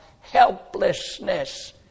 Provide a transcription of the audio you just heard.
helplessness